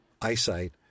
eyesight